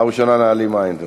אבל פעם ראשונה נעלים עין,